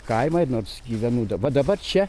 kaimą ir nors gyvenu daba dabar čia